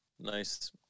Nice